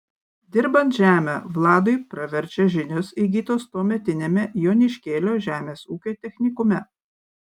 dirbant žemę vladui praverčia žinios įgytos tuometiniame joniškėlio žemės ūkio technikume